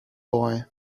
boy